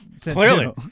Clearly